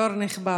יו"ר נכבד.